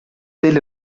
tel